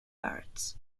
arts